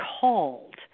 called